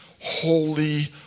holy